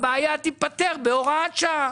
הבעיה תיפתר בהוראת שעה.